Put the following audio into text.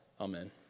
Amen